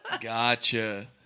gotcha